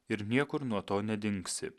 ir niekur nuo to nedingsi